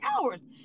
hours